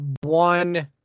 one